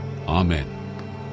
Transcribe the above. Amen